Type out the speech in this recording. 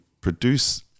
produce